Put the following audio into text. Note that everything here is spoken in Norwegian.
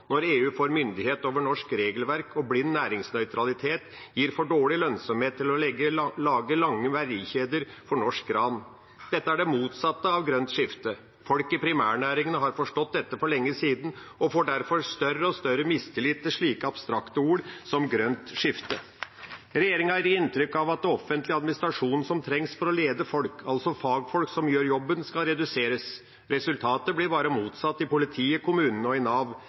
Når EU får myndighet over norsk regelverk, og blind næringsnøytralitet gir for dårlig lønnsomhet til å lage lange verdikjeder for norsk gran, er det det motsatte av grønt skifte. Folk i primærnæringene har forstått dette for lenge siden og får derfor større og større mistillit til abstrakte ord som «grønt skifte». Regjeringa gir inntrykk av at den offentlige administrasjonen som trengs for å lede folk, altså fagfolk som gjør jobben, skal reduseres. Resultatet blir bare motsatt i politiet, i kommunene og i Nav